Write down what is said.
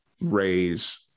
raise